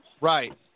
Right